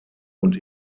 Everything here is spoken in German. und